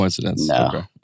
no